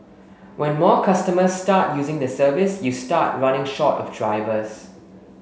when more customers start using the service you start running short of drivers